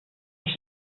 mich